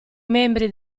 membri